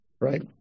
right